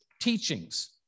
teachings